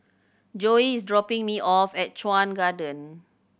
Joey is dropping me off at Chuan Garden